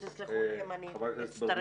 ותסלחו לי אם אני אצטרך לצאת.